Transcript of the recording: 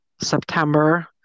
September